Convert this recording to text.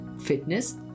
fitness